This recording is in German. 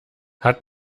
hat